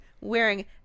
wearing